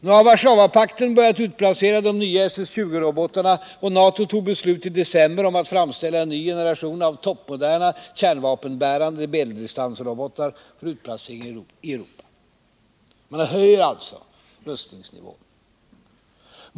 Nu har Warszawapakten börjat utplacera de nya SS 20-robotarna, och Nato tog beslut i december om att framställa en ny generation av toppmoderna kärnvapenbärande medeldistansrobotar för utplacering i Europa. Man höjer alltså rustningsnivån.